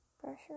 pressure